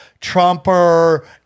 trumper